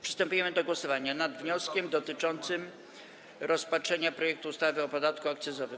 Przystępujemy do głosowania nad wnioskiem dotyczącym rozpatrzenia projektu ustawy o podatku akcyzowym.